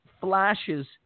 flashes